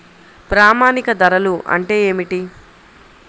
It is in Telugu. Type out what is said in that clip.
ప్రామాణిక ధరలు అంటే ఏమిటీ?